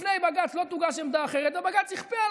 בפני בג"ץ לא תוגש עמדה אחרת ובג"ץ יכפה על